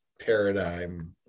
paradigm